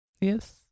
yes